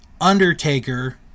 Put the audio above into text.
Undertaker